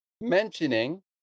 mentioning